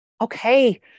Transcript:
okay